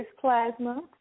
plasma